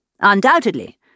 Undoubtedly